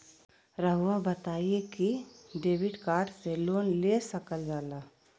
रहुआ बताइं कि डेबिट कार्ड से लोन ले सकल जाला?